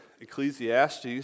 Ecclesiastes